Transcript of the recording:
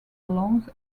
loans